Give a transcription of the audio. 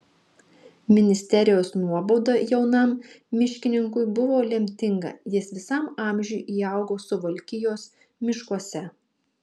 ministerijos nuobauda jaunam miškininkui buvo lemtinga jis visam amžiui įaugo suvalkijos miškuose